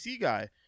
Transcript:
guy